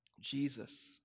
Jesus